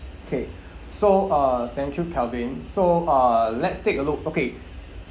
okay so uh thank you calvin so uh let's take a look okay